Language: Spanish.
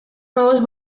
nuevos